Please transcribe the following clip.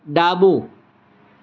ડાબું